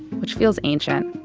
which feels ancient.